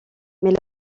mais